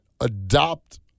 adopt